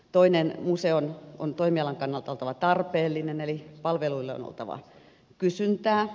toiseksi museon on toimialan kannalta oltava tarpeellinen eli palveluille on oltava kysyntää